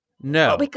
No